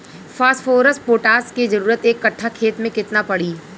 Phosphorus potash के जरूरत एक कट्ठा खेत मे केतना पड़ी?